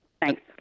thanks